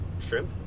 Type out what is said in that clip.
shrimp